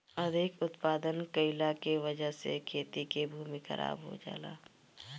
अधिक उत्पादन कइला के वजह से खेती के भूमि खराब हो जाला